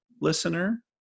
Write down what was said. listener